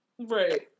Right